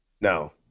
No